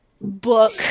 book